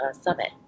summit